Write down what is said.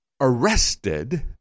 arrested